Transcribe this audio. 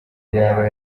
yaba